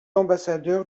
ambassadeur